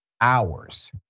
hours